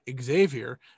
xavier